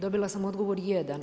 Dobila sam odgovor jedan.